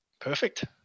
perfect